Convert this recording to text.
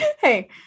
Hey